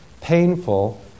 painful